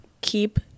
keep